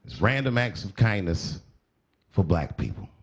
random acts of kindness for black people.